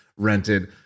Rented